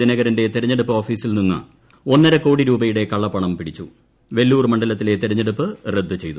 ദിനകരന്റെ തെരഞ്ഞെട്ടുപ്പ് ഓഫീസിൽ നിന്ന് ഒന്നര കോടി രൂപയുടെ ക്ള്ളപ്പണം പിടിച്ചു വെല്ലൂർ മണ്ഡലത്തിലെ തെരുള്ളെയ്പ്പ് റദ്ദ് ചെയ്തു